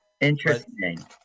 Interesting